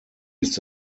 ist